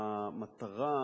המטרה כאן,